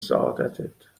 سعادتت